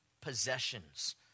possessions